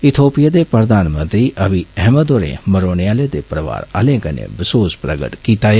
Ethiopia दे प्रधानमंत्री Abiy Ahmed होरें मरोने आले दे परिवार आले कन्नै बसोस प्रगट कीता ऐ